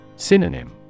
Synonym